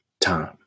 time